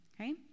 okay